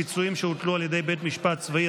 פיצויים שהוטלו על ידי בית משפט צבאי),